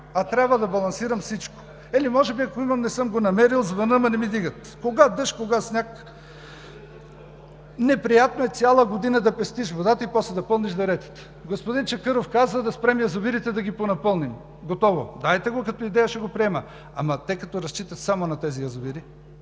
а трябва да балансирам всичко. Може би, ако имам, не съм намерил – звъня, ама не ми вдигат. Кога дъжд, кога сняг… Неприятно е цяла година да пестиш водата и после да пълниш деретата. Господин Чакъров каза да спрем язовирите, за да ги понапълним. Готово! Дайте го като идея – ще го приема. Ама, те като разчитат само на тези язовири?